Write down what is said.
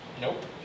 Nope